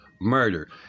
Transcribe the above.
murder